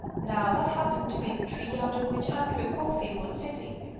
now that happened to be the tree under which andrew coffey was sitting.